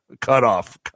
cutoff